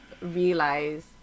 realize